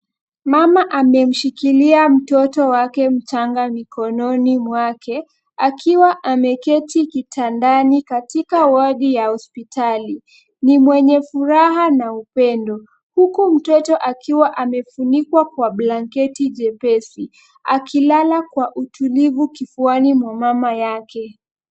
Mama amemshikilia mtoto wake mchanga mikononi mwake akiwa ameketi kitandani katika wodi ya hospitali. Ni mwenye furaha na upendo huku mtoto akiwa amefunikwa kwa blanketi jepesi akilala kwa utulivu kifuana mwa mama yake.